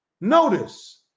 Notice